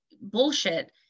bullshit